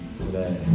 today